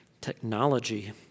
technology